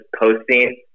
posting